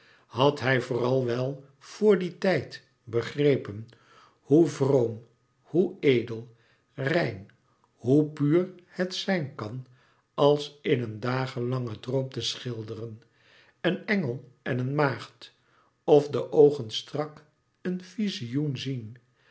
had hij vooral wel vor dien tijd begrepen hoe vroom hoe edel rein hoe puur het zijn kan als in een dagenlangen droom te schilderen een engel en een maagd of de oogen strak een vizioen zien